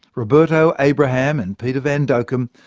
roberto abraham and pieter van dokkum,